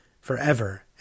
forever